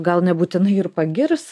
gal nebūtinai ir pagirs